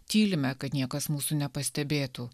tylime kad niekas mūsų nepastebėtų